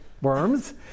worms